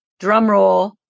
drumroll